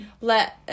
let